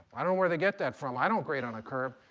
i don't where they get that from. i don't grade on a curve.